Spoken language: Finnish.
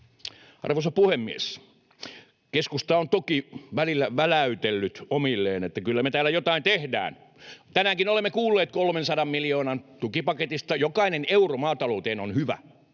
Arvoisa puhemies! Keskusta on toki välillä väläytellyt omilleen, että ”kyllä me täällä jotain tehdään”. Tänäänkin olemme kuulleet 300 miljoonan tukipaketista. Jokainen euro maatalouteen on hyvä,